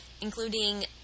including